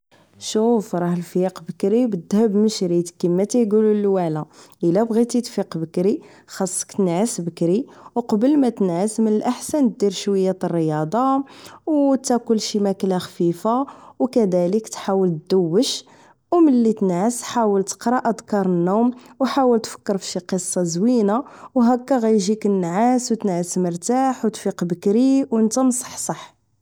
شوف راه الفياق بكري بالذهب مشري كيما تيقولو اللوالا الى بغيتي تفيق بكري خاصك تنعس بكري وقبل ما تنعس من الاحسن دير شويه الرياضه وتاكل شي ماكلة خفيفه وكذلك تحاول دوش وملي تنعس حاول تقرا اذكار النوم وحاول تفكر فشي قصة زوينة وهاكا غادي يجيك النعاس وتنعس مرتاح وتفيق بكري ونتا مصحصح